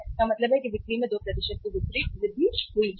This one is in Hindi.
इसका मतलब है कि बिक्री में 2 की वृद्धि हुई है